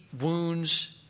wounds